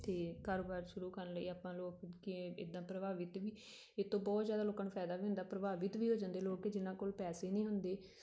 ਅਤੇ ਕਾਰੋਬਾਰ ਸ਼ੁਰੂ ਕਰਨ ਲਈ ਆਪਾਂ ਲੋਕ ਕਿ ਇੱਦਾਂ ਪ੍ਰਭਾਵਿਤ ਵੀ ਇਹ ਤੋਂ ਬਹੁਤ ਜ਼ਿਆਦਾ ਲੋਕਾਂ ਨੂੰ ਫਾਇਦਾ ਵੀ ਹੁੰਦਾ ਪ੍ਰਭਾਵਿਤ ਵੀ ਹੋ ਜਾਂਦੇ ਲੋਕ ਜਿਨ੍ਹਾਂ ਕੋਲ ਪੈਸੇ ਨਹੀਂ ਹੁੰਦੇ